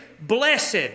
Blessed